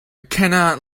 cannot